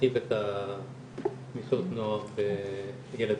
להרחיב את מיטות הנוער וילדים